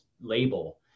label